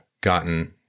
gotten –